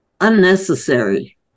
unnecessary